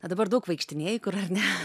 a dabar daug vaikštinėji kur ar ne